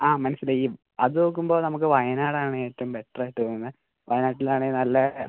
ആ മനസ്സിലായി അത് നോക്കുമ്പോൾ നമുക്ക് വയനാട് ആണ് ഏറ്റവും ബെറ്റർ ആയി തോന്നുന്നത് വയനാട്ടിൽ ആണ് നല്ല